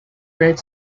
red